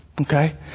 Okay